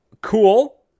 cool